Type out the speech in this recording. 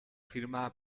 firma